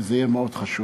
כי זה יהיה מאוד חשוב.